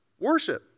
worship